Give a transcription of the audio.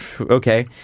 okay